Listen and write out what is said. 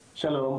שלום.